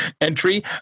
entry